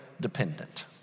dependent